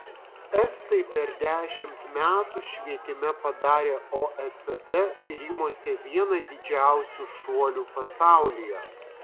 estai per dešimt metų švietime padarė oecd tyrimuose vieną didžiausių šuolių pasaulyje